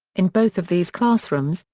in both of these classrooms,